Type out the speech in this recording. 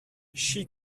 she